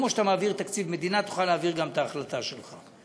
וכמו שאתה מעביר תקציב מדינה תוכל גם להעביר את ההחלטה שלך,